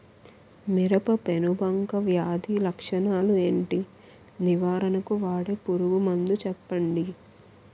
మిరప పెనుబంక వ్యాధి లక్షణాలు ఏంటి? నివారణకు వాడే పురుగు మందు చెప్పండీ?